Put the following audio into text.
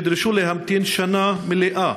אלא נדרשו להמתין שנה מלאה,